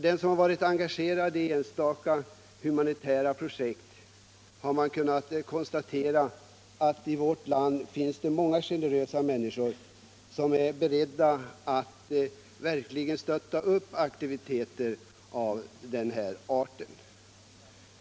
Den som varit engagerad i enstaka humanitära projekt har emellertid kunnat konstatera att det i vårt land finns många generösa människor som är beredda att verkligen stödja aktiviteter av denna art.